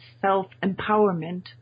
self-empowerment